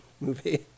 movie